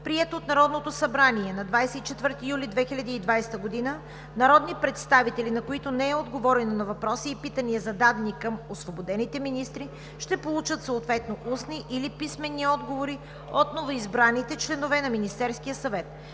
България, прието на 24 юли 2020 г., народни представители, на които не е отговорено на въпроси и питания, зададени към освободените министри, ще получат съответно устни или писмени отговори от новоизбраните членове на Министерския съвет.